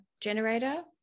generator